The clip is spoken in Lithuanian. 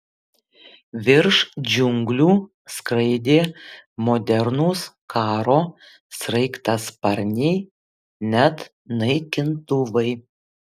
virš džiunglių skraidė modernūs karo sraigtasparniai net naikintuvai